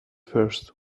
first